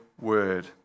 word